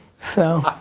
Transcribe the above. so.